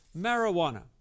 Marijuana